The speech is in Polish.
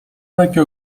lekkie